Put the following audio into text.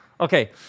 Okay